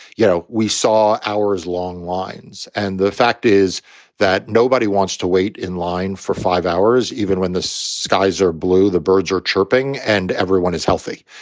you know, we saw hours long lines. and the fact is that nobody wants to wait in line for five hours, even when the skies are blue, the birds are chirping and everyone is healthy.